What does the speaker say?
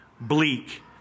bleak